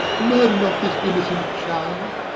murther not this innocent child,